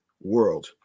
world